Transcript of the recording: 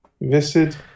viscid